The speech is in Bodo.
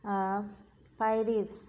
पेरिस